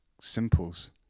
simples